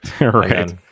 right